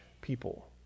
people